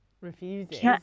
Refuses